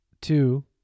two